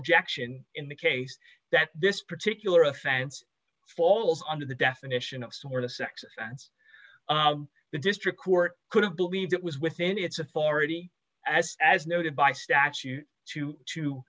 objection in the case that this particular offense falls under the definition of a sex offense the district court could have believed it was within its authority as as noted by statute to to